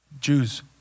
Jews